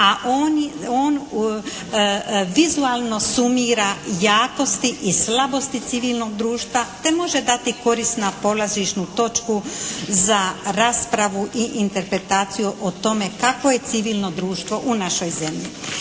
a on vizualno sumira jakosti i slabosti civilnog društva te može dati korisnu polazišnu točku za raspravu i interpretaciju o tome kakvo je civilno društvo u našoj zemlji.